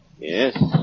Yes